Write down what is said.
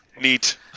neat